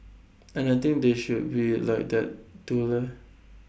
and I think they should be like that too leh